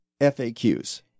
FAQs